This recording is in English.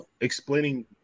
explaining